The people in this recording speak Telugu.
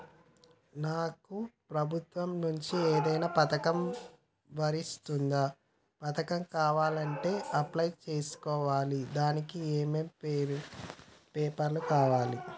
నాకు ప్రభుత్వం నుంచి ఏదైనా పథకం వర్తిస్తుందా? పథకం కావాలంటే ఎలా అప్లై చేసుకోవాలి? దానికి ఏమేం పేపర్లు కావాలి?